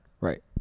Right